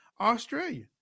Australia